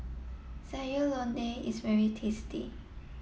Sayur Lodeh is very tasty